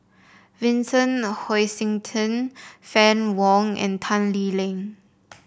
Vincent Hoisington Fann Wong and Tan Lee Leng